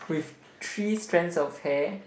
with three strands of hair